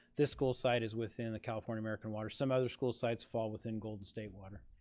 this school site is within the california american water. some other school sites fall within golden state water.